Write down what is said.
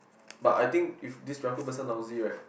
but think if this Raju person lousy right